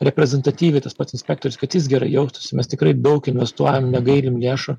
reprezentatyviai tas pats inspektorius kad jis gerai jaustųsi mes tikrai daug investuojam negailim lėšų